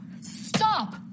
Stop